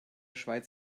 schweiz